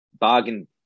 bargain